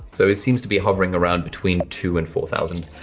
so it seems to be hovering around between two and four thousand,